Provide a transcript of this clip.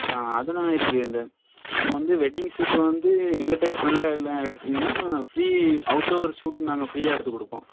ஆ அதலாம் இருக்குது இந்த இப்போது வந்து வெட்டிங் ஷுட்டு வந்து என்கிட்டயே ஃபுல்லாக எல்லாம் எடுத்தீங்கனா ஃப்ரீ அவுட்டோர் ஷுட் நாங்கள் ஃப்ரீயாக எடுத்து கொடுப்போம்